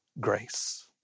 grace